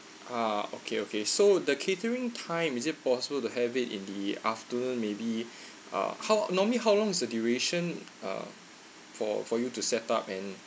ah okay okay so the catering time is it possible to have it in the afternoon maybe uh how normally how long is the duration uh for for you to set up and